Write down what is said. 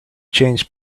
changed